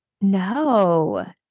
No